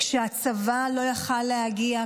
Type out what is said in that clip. כשהצבא לא יכול היה להגיע,